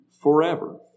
forever